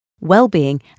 wellbeing